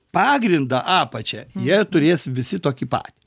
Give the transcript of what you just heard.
pagrindą apačią jie turės visi tokį patį